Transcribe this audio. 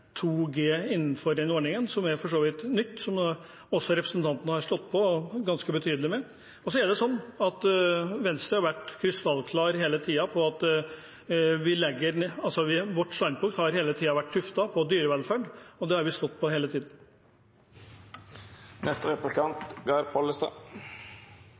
innenfor ordningen, noe som for så vidt er nytt, og som også representanten har stått på ganske betydelig for. Venstre har hele tiden vært krystallklare, vårt standpunkt er tuftet på dyrevelferd. Det har vi stått på hele tiden. Det som vil verta ståande igjen etter Venstre si deltaking i regjering, er nok at ein har